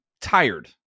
tired